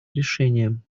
решениям